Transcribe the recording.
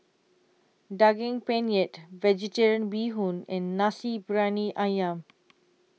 Daging Penyet Vegetarian Bee Hoon and Nasi Briyani Ayam